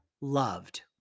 loved